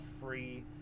free